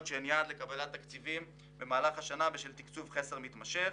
שהן יעד לקבלת תקציבים במהלך השנה בשל תקצוב חסר מתמשך.